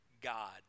God